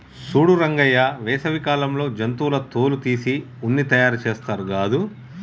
సూడు రంగయ్య వేసవి కాలంలో జంతువుల తోలు తీసి ఉన్ని తయారుచేస్తారు గాదు